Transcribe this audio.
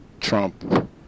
Trump